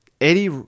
Eddie